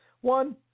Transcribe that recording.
One